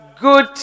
good